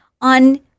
on